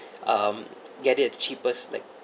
um get it the cheapest like